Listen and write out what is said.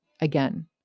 again